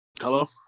Hello